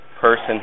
person